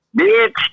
bitch